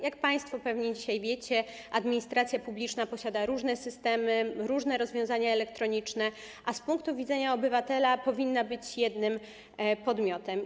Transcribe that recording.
Jak państwo pewnie dzisiaj wiecie, administracja publiczna posiada różne systemy, różne rozwiązania elektroniczne, a z punktu widzenia obywatela powinna być jednym podmiotem.